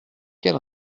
quel